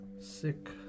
Sick